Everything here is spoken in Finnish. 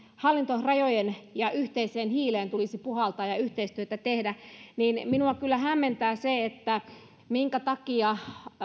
hallintorajojen ja yhteiseen hiileen puhaltaa ja yhteistyötä tehdä mutta minua kyllä hämmentää se että minkä takia